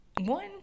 one